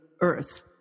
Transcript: Earth